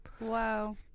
Wow